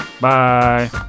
bye